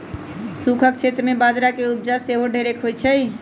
सूखक क्षेत्र में बजरा के उपजा सेहो ढेरेक होइ छइ